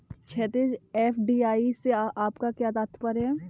क्षैतिज, एफ.डी.आई से आपका क्या तात्पर्य है?